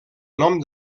nom